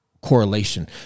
correlation